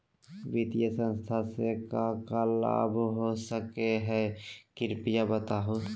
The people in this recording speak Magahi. वित्तीय संस्था से का का लाभ हो सके हई कृपया बताहू?